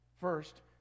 first